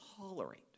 tolerate